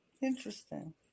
interesting